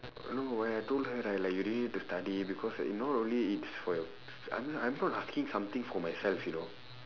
no when I told her right like you really need to study because you not only it's for your I mean I'm not asking something for myself you know